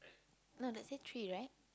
no let's say tree right